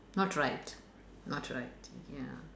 not right not right ya